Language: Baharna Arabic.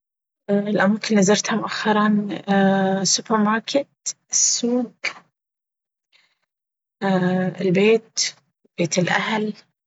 الاماكن اللي زرتها مؤخرا السوبرماركت السوق البيت، بيت الأهل.